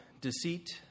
deceit